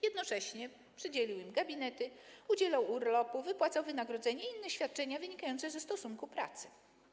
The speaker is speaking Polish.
Jednocześnie przydzielił im gabinety, udzielał urlopów, wypłacał wynagrodzenie i inne świadczenia wynikające ze stosunku pracy.